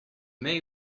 may